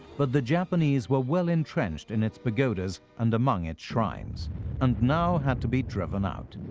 but the japanese were well-entrenched in its pagodas and among its shrines and now had to be driven out.